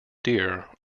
deer